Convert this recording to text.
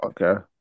Okay